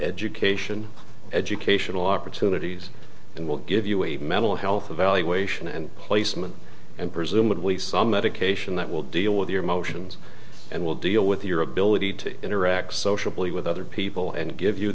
education educational opportunities and we'll give you a mental health evaluation and placement and presumably some medication that will deal with your emotions and will deal with your ability to interact socially with other people and give you